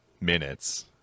minutes